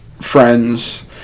friends